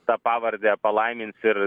tą pavardę palaimins ir